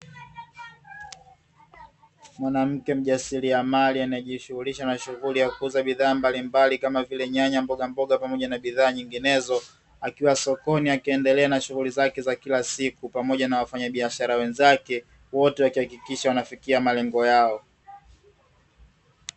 Mwanamke mjasiriamali anayejishughulisha na shughuli ya kuuza bidhaa mbalimbali Kama vile nyanya, mbogamboga pamoja na bidhaa nyinginezo, akiwa sokoni akiendelea na shughuli zake za kila siku pamoja na wafanyabiashara wenzake, wote waki hakikisha wanafikia malengo yao.